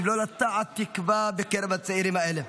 אם לא לטעת תקווה בקרב הצעירים האלה?